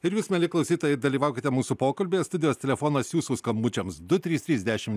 ir jūs mieli klausytojai dalyvaukite mūsų pokalbyje studijos telefonas jūsų skambučiams du trys trys dešimt